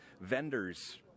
vendors